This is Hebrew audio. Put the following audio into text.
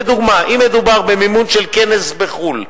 לדוגמה: האם מדובר במימון כנס בחו"ל,